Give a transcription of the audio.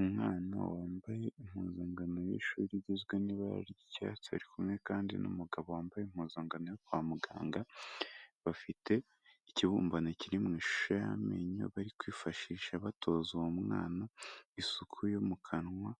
Umwana wambaye impuzankano y'ishuri igizwe n'ibara ry'icyatsi, ari kumwe kandi n'umugabo wambaye impuzankano yo kwa muganga, bafite ikibumbano kiri mu ishusho y'amenyo bari kwifashisha batoza uwo mwana isuku yo mu kanwa,